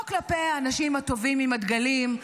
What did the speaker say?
לא כלפי האנשים הטובים עם הדגלים,